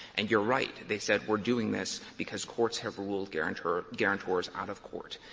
and you're right. they said, we're doing this because courts have ruled guarantors guarantors out of court.